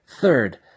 Third